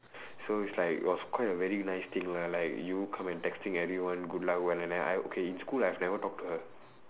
so it's like it was quite a very nice thing lah like you come and texting everyone good luck well and then I okay in school I've never talked to her